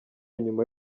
nyuma